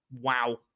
wow